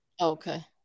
Okay